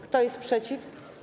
Kto jest przeciw?